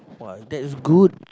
!wah! that is good